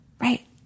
right